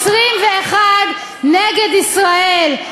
21 נגד ישראל.